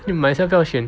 you might as well 不要选